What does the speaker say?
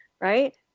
right